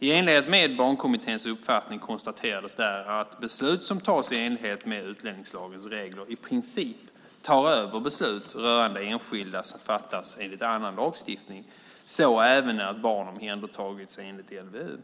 I enlighet med Barnkommitténs uppfattning konstaterades där att beslut som fattas i enlighet med utlänningslagens regler i princip tar över beslut rörande enskilda som fattas enligt annan lagstiftning, så även när ett barn omhändertagits enligt LVU.